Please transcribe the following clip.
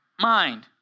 Mind